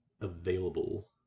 available